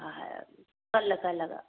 ꯀꯠꯂ ꯀꯠꯂꯒ